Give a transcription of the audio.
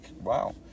wow